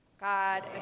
God